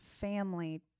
family